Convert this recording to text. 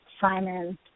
Simon